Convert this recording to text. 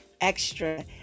extra